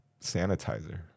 sanitizer